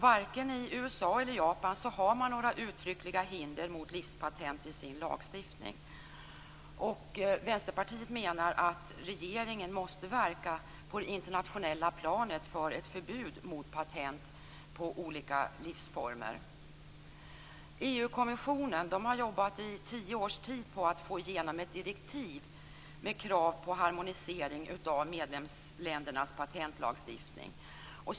Varken i USA eller Japan har man några uttryckliga hinder mot livspatent i sin lagstiftning. Vänsterpartiet menar att regeringen måste verka på det internationella planet för ett förbud mot patent på olika livsformer. EU-kommissionen har jobbat i tio års tid med att få igenom ett direktiv med krav på harmonisering av medlemsländernas patentlagstiftning.